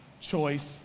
choice